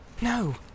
No